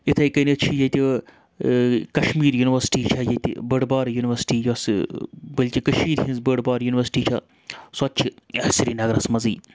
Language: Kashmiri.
اِتھَے کٔنیتھ چھِ ییٚتہِ کَشمیٖر یونیورسٹی چھےٚ ییٚتہِ بٔڑ بار یونیورسٹی یۄس بٔلچہِ کٔشیٖر ہِنٛز بٔڑ بار یونیورسٹی چھےٚ سۄ تہِ چھِ سرینگرَس منٛزٕے